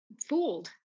fooled